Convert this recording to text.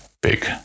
big